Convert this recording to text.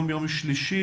היום יום שלישי,